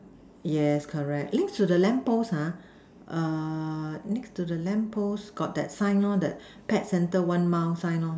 yes correct next to the lamp post ah err next to the lamp post got that sign lor that pet center one mile sign lor